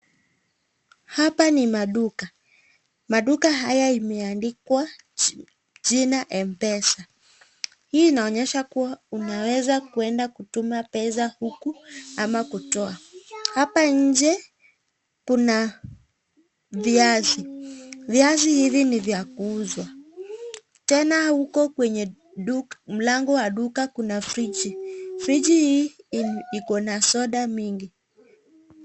Hapa ni maduka maduka haya imeandikwa jina mpesa hii inaonyesha kuwa unaweza kwenda tuma pesa huku ama kutoa hapa nje kuna viazi viazi hivi ni vya kuuzwa tena huko kwenye mlango wa duka kuna fridge .Fridge hii iko na soda mingi.